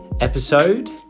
episode